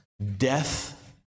Death